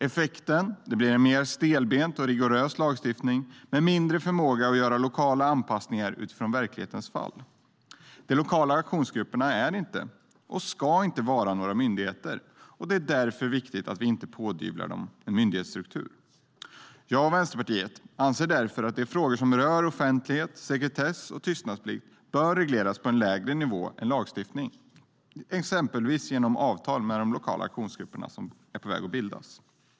Effekten blir en mer stelbent och rigorös lagstiftning med mindre förmåga att göra lokala anpassningar utifrån verklighetens fall. De lokala aktionsgrupperna är inte, och ska inte vara, några myndigheter. Det är därför viktigt att vi inte pådyvlar dem en myndighetsstruktur. Jag och Vänsterpartiet anser därför att de frågor som rör offentlighet, sekretess och tystnadsplikt bör regleras på en lägre nivå än lagstiftning, exempelvis genom avtal med lokala aktionsgrupper som är på väg att bildas.